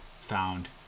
found